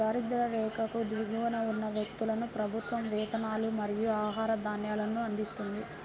దారిద్య్ర రేఖకు దిగువన ఉన్న వ్యక్తులకు ప్రభుత్వం వేతనాలు మరియు ఆహార ధాన్యాలను అందిస్తుంది